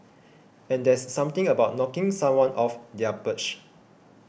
and there's something about knocking someone off their perch